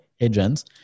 agents